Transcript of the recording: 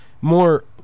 more